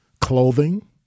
clothing